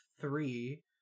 three